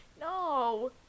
No